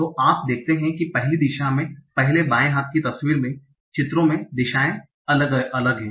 तो आप देखते हैं कि पहली दिशा में पहले बाएं हाथ की तस्वीर में चित्रों में दिशाएं अलग हैं